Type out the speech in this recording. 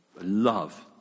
love